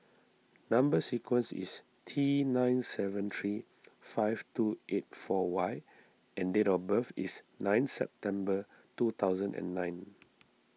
Number Sequence is T nine seven three five two eight four Y and date of birth is nine September two thousand and nine